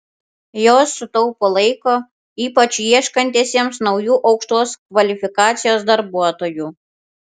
jos sutaupo laiko ypač ieškantiesiems naujų aukštos kvalifikacijos darbuotojų